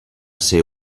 ser